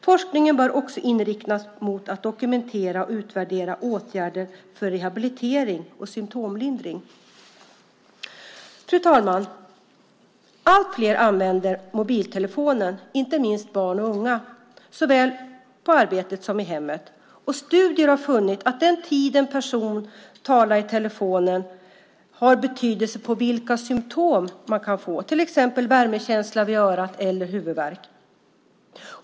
Forskningen bör också inriktas mot att dokumentera och utvärdera åtgärder för rehabilitering och symtomlindring. Fru talman! Allt fler använder mobiltelefon, inte minst barn och unga, såväl på arbetet som i hemmet. Vid studier har man funnit att den tid en person talar i mobiltelefon har betydelse för vilka symtom man kan få, till exempel värmekänsla vid örat eller huvudvärk.